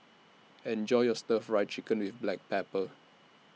Enjoy your Stir Fry Chicken with Black Pepper